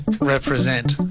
represent